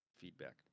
feedback